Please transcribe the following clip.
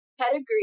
pedigree